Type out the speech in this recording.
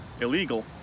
illegal